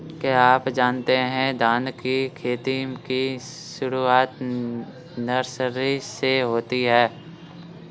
क्या आप जानते है धान की खेती की शुरुआत नर्सरी से होती है?